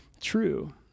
true